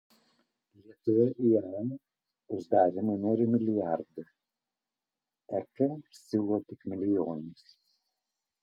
lietuva iae uždarymui nori milijardų ek siūlo tik milijonus